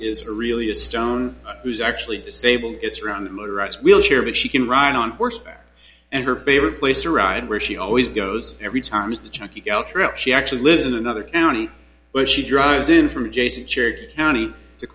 is really a stone who's actually disabled it's around a motorized wheelchair but she can ride on horseback and her favorite place to ride where she always goes every time is the chuckie trip she actually lives in another county where she drives in from adjacent cherokee county to